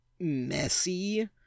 messy